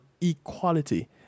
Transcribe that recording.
equality